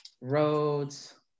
roads